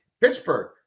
Pittsburgh